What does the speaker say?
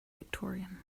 victorian